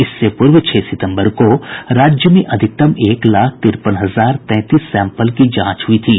इससे पूर्व छह सितम्बर को राज्य में अधिकतम एक लाख तिरपन हजार तैंतीस सैम्पल की जांच हुई थी